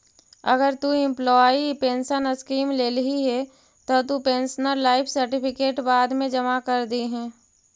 अगर तु employee pension scheme लेल्ही हे त तु पेंशनर लाइफ सर्टिफिकेट बाद मे जमा कर दिहें